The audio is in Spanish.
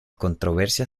controversia